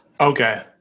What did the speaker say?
Okay